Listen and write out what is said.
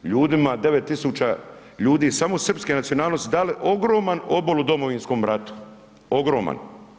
Ljudima, 9 tisuća ljudi samo srpske nacionalnosti dale ogroman obol u Domovinskom ratu, ogroman.